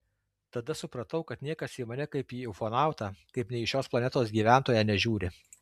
tada supratau kad niekas į mane kaip į ufonautą kaip ne į šios planetos gyventoją nežiūri